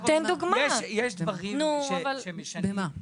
את יודעת מה?